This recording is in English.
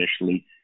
initially